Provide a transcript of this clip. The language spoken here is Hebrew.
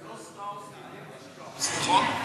אבל זה לא שטראוס מ"לוי'ס שטראוס", נכון?